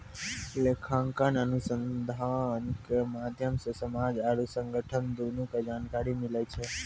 लेखांकन अनुसन्धान के माध्यम से समाज आरु संगठन दुनू के जानकारी मिलै छै